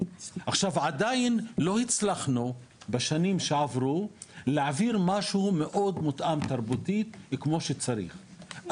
עדיין לא הצלחנו בשנים שעברו להעביר משהו מאוד מותאם תרבותית כמו שצריך,